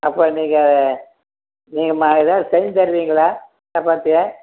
அப்போ நீங்கள் நீங்கள் ம எதாவது செஞ்சு தருவீங்களா சப்பாத்தியை